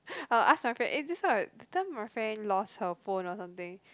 I'll ask my friend eh this one that time my friend lost her phone or something